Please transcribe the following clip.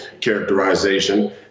characterization